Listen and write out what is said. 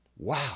Wow